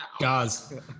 Guys